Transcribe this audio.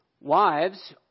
Wives